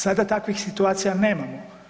Sada takvim situacija nemamo.